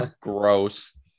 Gross